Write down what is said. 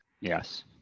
Yes